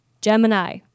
Gemini